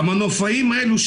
והמנופאים האלה,